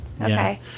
Okay